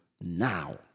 now